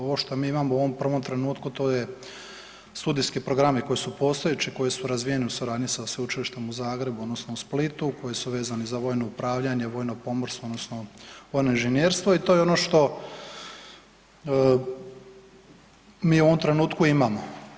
Ovo što mi imamo u ovom prvom trenutku to je studijski programi koji su postojeći, koji su razvijeni u suradnji sa sveučilištem u Zagrebu odnosno u Splitu koji su vezani za vojno upravljanje, vojno pomorstvo odnosno vojno inženjerstvo i to je ono što mi u ovom trenutku imamo.